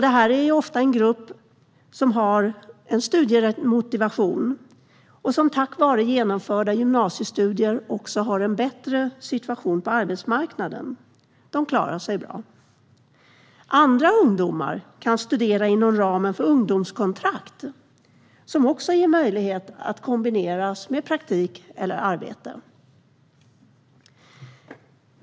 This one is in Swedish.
Denna grupp har oftast studiemotivation, och tack vare genomförda gymnasiestudier har de en bättre situation på arbetsmarknaden. De klarar sig bra. Andra ungdomar kan studera inom ramen för ungdomskontrakt, som också kan kombineras med praktik eller arbete.